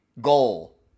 goal